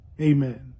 Amen